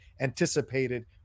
anticipated